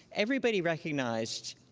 everybody recognized,